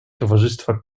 towarzystwa